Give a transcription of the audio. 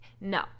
no